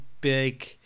big